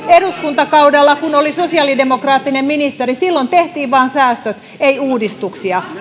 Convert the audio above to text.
eduskuntakaudella kun oli sosiaalidemokraattinen ministeri tehtiin vain säästöt ei uudistuksia